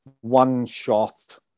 one-shot